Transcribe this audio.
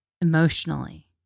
emotionally